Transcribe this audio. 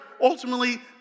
ultimately